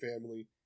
family